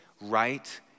right